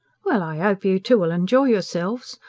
well, i hope you two'll enjoy yourselves.